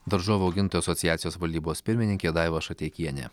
daržovių augintojų asociacijos valdybos pirmininkė daiva šateikienė